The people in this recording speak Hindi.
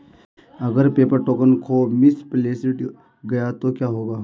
अगर पेपर टोकन खो मिसप्लेस्ड गया तो क्या होगा?